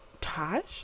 Taj